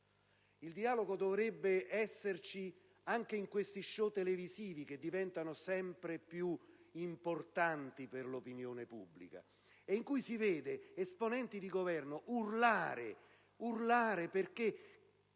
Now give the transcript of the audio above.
Il dialogo dovrebbe esserci anche in quegli *show* televisivi che sono diventati sempre più importanti per l'opinione pubblica, e in cui si vedono esponenti di Governo urlare, perché